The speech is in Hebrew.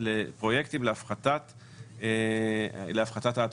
לפרויקטים להפחתת הטמנה,